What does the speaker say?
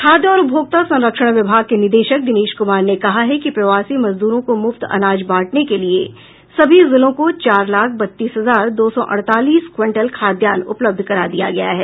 खाद्य और उपभोक्ता संरक्षण विभाग के निदेशक दिनेश कुमार ने कहा है कि प्रवासी मजदूरों को मुफ्त अनाज बांटने के लिये सभी जिलों को चार लाख बत्तीस हजार दो सौ अड़तालीस क्विंटल खाद्यान्न उपलब्ध करा दिया गया है